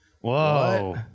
Whoa